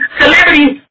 celebrities